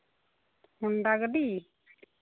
Honda ᱜᱟᱹᱰᱤ